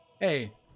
Hey